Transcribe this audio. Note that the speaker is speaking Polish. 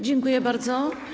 Dziękuję bardzo.